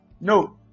No